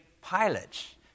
pilots